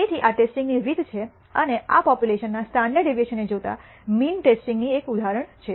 તેથી આ ટેસ્ટિંગ ની રીત છે અને આ પોપ્યુલેશનના સ્ટાન્ડર્ડ ડેવિએશનને જોતાં મીન ટેસ્ટિંગ ની એક ઉદાહરણ છે